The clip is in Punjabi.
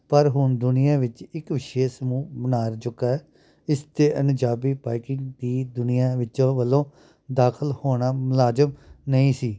ਪਰ ਹੁਣ ਦੁਨੀਆ ਵਿੱਚ ਇੱਕ ਵਿਸ਼ੇਸ਼ ਸਮੂਹ ਬਣਾ ਚੁੱਕਾ ਇਸ ਦੇ ਅਨਜਾਬੀ ਬਾਈਕਿੰਗ ਦੀ ਦੁਨੀਆ ਵਿੱਚੋਂ ਵੱਲੋਂ ਦਾਖਲ ਹੋਣਾ ਮੁਲਾਜ਼ਮ ਨਹੀਂ ਸੀ